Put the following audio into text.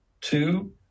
Two